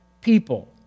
people